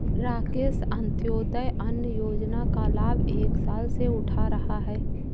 राकेश अंत्योदय अन्न योजना का लाभ एक साल से उठा रहा है